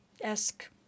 esque